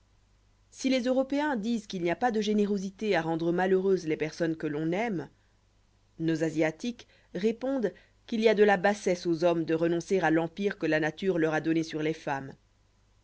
si les européens disent qu'il n'y a pas de générosité à rendre malheureuses les personnes que l'on aime nos asiatiques répondent qu'il y a de la bassesse aux hommes de renoncer à l'empire que la nature leur a donné sur les femmes